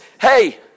hey